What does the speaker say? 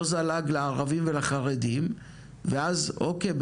לא זלג לערבים ולחרדים ואז אוקיי,